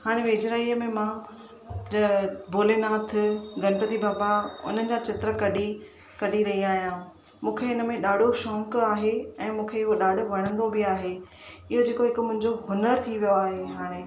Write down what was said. हाणे वेझड़ाईअ मां भोलेनाथ गणपति बप्पा हुननि जा चित्र कढी कढी रही आहियां मूंखे हिन में ॾाढो शौक़ु बि आहे ऐं मूंखे उहो ॾाढो वणंदो बि आहे इहो जेको हिकु मुंहिंजो हुनर थी वियो आहे हाणे